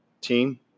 team